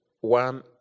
One